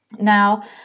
Now